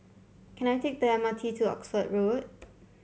can I take the M R T to Oxford Street